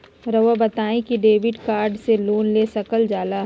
रहुआ बताइं कि डेबिट कार्ड से लोन ले सकल जाला?